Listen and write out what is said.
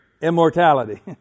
immortality